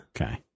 Okay